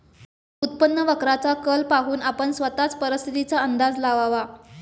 उत्पन्न वक्राचा कल पाहून आपण स्वतःच परिस्थितीचा अंदाज लावावा